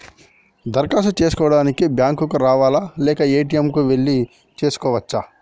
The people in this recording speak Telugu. దరఖాస్తు చేసుకోవడానికి బ్యాంక్ కు రావాలా లేక ఏ.టి.ఎమ్ కు వెళ్లి చేసుకోవచ్చా?